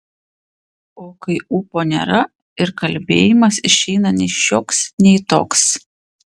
o kai ūpo nėra ir kalbėjimas išeina nei šioks nei toks